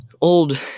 old